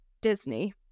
Disney